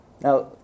Now